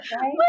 right